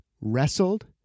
wrestled